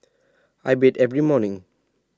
I bathe every morning